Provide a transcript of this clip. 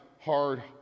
hard